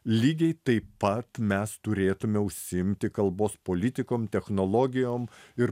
lygiai taip pat mes turėtume užsiimti kalbos politikom technologijom ir